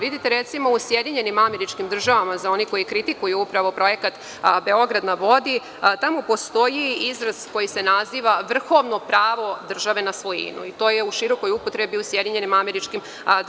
Vidite recimo u SAD za one koji kritikuju upravo projekat „Beograd na vodi“, tamo postoji izraz koji se naziva - vrhovno pravo države na svojinu, i to je u širokoj upotrebi u SAD.